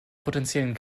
potenziellen